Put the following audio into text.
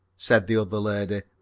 said the other lady.